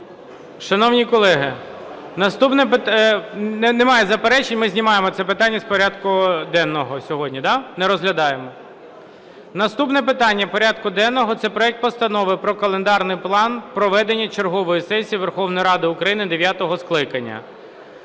Шановні колеги, наступне... Немає заперечень, ми знімаємо це питання з порядку денного сьогодні, да, не розглядаємо? Наступне питання порядку денного – це проект Постанови про календарний план проведення чергової сесії Верховної Ради України дев'ятого скликання